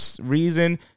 reason